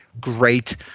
great